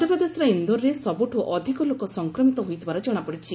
ମଧ୍ୟପ୍ରଦେଶର ଇନ୍ଦୋରରେ ସବୁଠୁ ଅଧିକ ଲୋକ ସଂକ୍ରମିତ ହୋଇଥିବାର ଜଣାପଡିଛି